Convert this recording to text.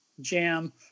Jam